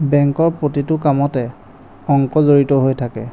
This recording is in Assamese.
বেংকৰ প্ৰতিটো কামতে অংক জড়িত হৈ থাকে